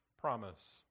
promise